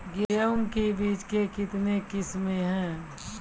गेहूँ के बीज के कितने किसमें है?